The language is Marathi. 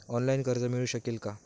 ऑनलाईन कर्ज मिळू शकेल का?